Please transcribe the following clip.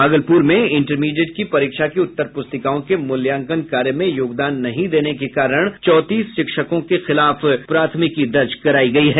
भागलपुर में इंटरमीडिएट की परीक्षा की उत्तर प्रस्तिकाओं के मूल्यांकन कार्य में योगदान नहीं देने के कारण चौंतीस शिक्षकों के खिलाफ प्राथमिकी दर्ज कराई गई है